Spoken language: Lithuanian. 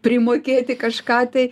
primokėti kažką tai